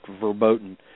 verboten